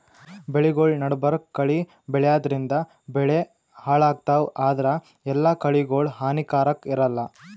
ಬೆಳಿಗೊಳ್ ನಡಬರ್ಕ್ ಕಳಿ ಬೆಳ್ಯಾದ್ರಿನ್ದ ಬೆಳಿ ಹಾಳಾಗ್ತಾವ್ ಆದ್ರ ಎಲ್ಲಾ ಕಳಿಗೋಳ್ ಹಾನಿಕಾರಾಕ್ ಇರಲ್ಲಾ